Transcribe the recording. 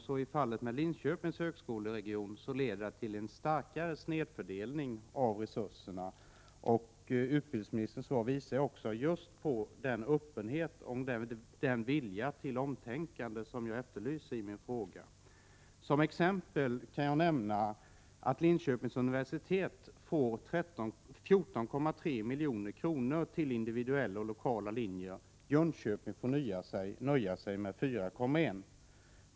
I fråga om Linköpings högskoleregion leder det nuvarande systemet dessutom till en starkare snedfördelning av resurserna. Utbildningsministerns svar visar också just på den öppenhet och vilja till omtänkande som jag efterlyst i min fråga. Som exempel kan jag nämna att Linköpings universitet får 14,3 milj.kr. till individuella och lokala linjer — Jönköping får nöja sig med 4,1 milj.kr.